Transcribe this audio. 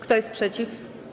Kto jest przeciw?